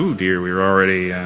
um dear! we're already